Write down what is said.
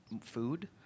Food